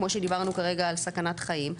כמו שדיברנו כרגע על סכנת חיים,